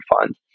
fund